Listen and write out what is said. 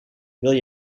wil